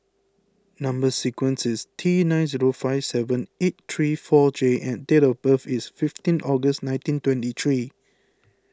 Number Sequence is T nine zero five seven eight three four J and date of birth is fifteen August nineteen twenty three